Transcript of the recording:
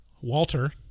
Walter